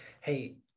Hey